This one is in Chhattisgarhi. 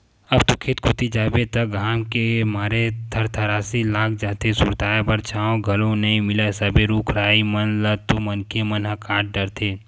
अब तो खेत कोती जाबे त घाम के मारे थरथरासी लाग जाथे, सुरताय बर छांव घलो नइ मिलय सबे रुख राई मन ल तो मनखे मन ह काट डरथे